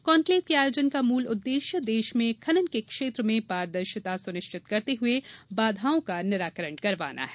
conclave के आयोजन का मूल उद्देश्य देश में खनन के क्षेत्र में पारदर्शिता सुनिश्चित करते हुए बाधाओं का निराकरण करवाना है